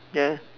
ya